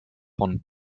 von